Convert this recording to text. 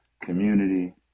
community